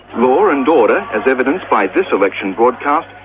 law and order, as evidenced by this election broadcast,